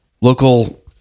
local